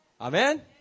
Amen